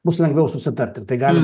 bus lengviau susitarti tai gali